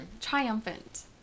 Triumphant